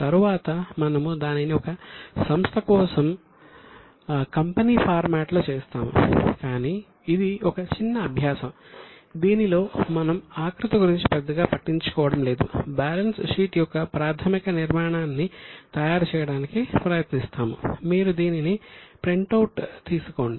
తరువాత మనము దానిని ఒక సంస్థ కోసం కంపెనీ ఫార్మాట్ తీసుకోండి